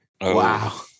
wow